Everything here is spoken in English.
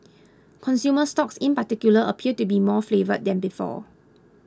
consumer stocks in particular appear to be more favoured than before